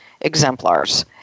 exemplars